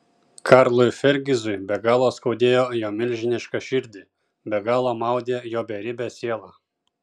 karlui fergizui be galo skaudėjo jo milžinišką širdį be galo maudė jo beribę sielą